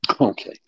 Okay